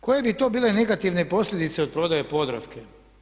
Koje bi to bile negativne posljedice od prodaje Podravke?